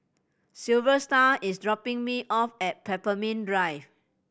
Silvester is dropping me off at Pemimpin Drive